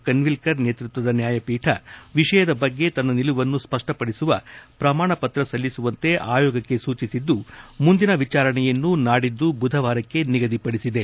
ಖನ್ವಿಲ್ಕರ್ ನೇತೃಕ್ಷದ ನ್ಯಾಯಪೀಠ ವಿಷಯದ ಬಗ್ಗೆ ತನ್ನ ನಿಲುವನ್ನು ಸ್ಪಷ್ಟಪಡಿಸುವ ಪ್ರಮಾಣಪತ್ರ ಸಲ್ಲಿಸುವಂತೆ ಆಯೋಗಕ್ಕೆ ಸೂಚಿಸಿದ್ದು ಮುಂದಿನ ವಿಚಾರಣೆಯನ್ನು ನಾಡಿದ್ದು ಬುಧವಾರಕ್ಕೆ ನಿಗದಿಪಡಿಸಿದೆ